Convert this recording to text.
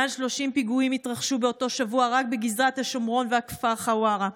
מעל 30 פיגועים התרחשו באותו שבוע רק בגזרת השומרון והכפר חווארה.